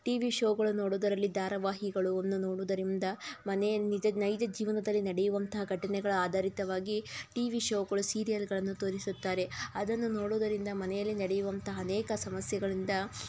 TV ಶೋಗಳು ನೋಡೋದರಲ್ಲಿ ಧಾರಾವಾಹಿಗಳು ಅನ್ನು ನೋಡೋದರಿಂದ ಮನೆಯಲ್ಲಿ ನಿಜ ನೈಜ ಜೀವನದಲ್ಲಿ ನಡೆಯುವಂತಹ ಘಟನೆಗಳ ಆಧಾರಿತವಾಗಿ ಟಿವಿ ಶೋಗಳು ಸೀರಿಯಲ್ಗಳನ್ನು ತೋರಿಸುತ್ತಾರೆ ಅದನ್ನು ನೋಡೋದರಿಂದ ಮನೆಯಲ್ಲಿ ನೆಡೆಯುವಂತಹ ಅನೇಕ ಸಮಸ್ಯೆಗಳಿಂದ